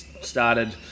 started